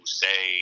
say